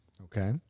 Okay